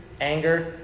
anger